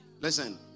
Listen